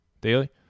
Daily